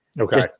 Okay